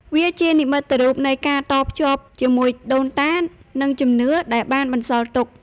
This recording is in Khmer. វាជានិមិត្តរូបនៃការតភ្ជាប់ជាមួយដូនតា និងជំនឿដែលបានបន្សល់ទុក។